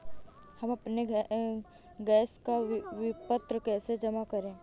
हम अपने गैस का विपत्र कैसे जमा करें?